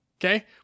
Okay